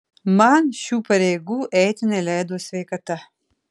man šių pareigų eiti neleido sveikata